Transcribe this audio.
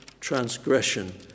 transgression